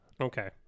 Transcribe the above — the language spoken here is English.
Okay